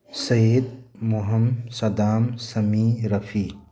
ꯁꯍꯤꯠ ꯃꯣꯍꯟ ꯁꯗꯥꯝ ꯁꯃꯤ ꯔꯐꯤ